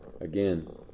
Again